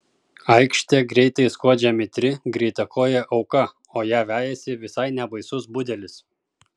aikšte greitai skuodžia mitri greitakojė auka o ją vejasi visai nebaisus budelis